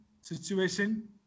situation